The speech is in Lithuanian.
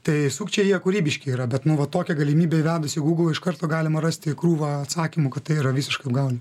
tai sukčiai jie kūrybiški yra bet nu va tokią galimybę įvedus į gūglą iš karto galima rasti krūvą atsakymų kad tai yra visiška apgaulė